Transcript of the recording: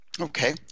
Okay